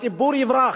הציבור יברח.